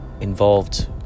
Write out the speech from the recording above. involved